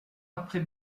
après